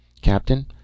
Captain